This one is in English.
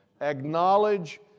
Acknowledge